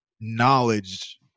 knowledge